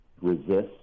resist